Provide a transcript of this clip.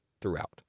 throughout